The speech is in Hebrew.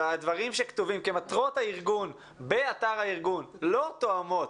והדברים שכתובים כמטרות הארגון באתר הארגון לא תואמות